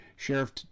Sheriff